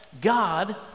God